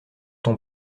ton